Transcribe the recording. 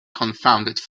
confounded